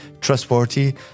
trustworthy